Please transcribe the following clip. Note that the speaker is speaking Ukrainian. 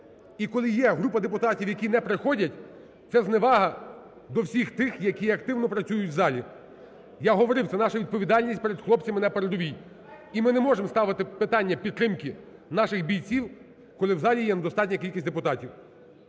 І коли є група депутатів, які не приходять, це зневага до всіх тих, які активно працюють у залі. Я говорив: це наша відповідальність перед хлопцями на передовій. І ми не можемо ставити питання підтримки наших бійців, коли у залі є недостатня кількість депутатів.